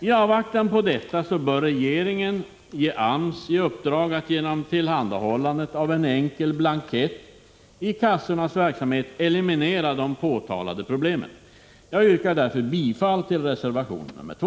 I avvaktan på utredningen bör regeringen ge AMS i uppdrag att genom tillhandahållandet av en enkel blankett för kassornas verksamhet eliminera de påtalade problemen. Jag yrkar bifall till reservation nr 2.